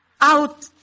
Out